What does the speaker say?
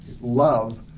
love